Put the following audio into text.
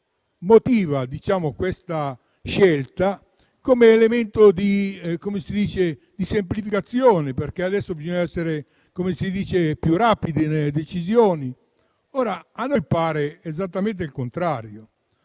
motiva questa scelta come elemento di semplificazione, perché adesso bisogna essere più rapidi nelle decisioni. A noi pare si faccia esattamente il contrario